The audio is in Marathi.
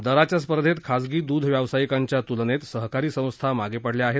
दराच्या स्पर्धेत खासगी दूध व्यावसायिकांच्या तुलनेत सहकारी संस्था मागे पडल्या आहेत